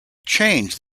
changed